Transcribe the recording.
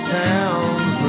towns